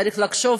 צריך לחשוב,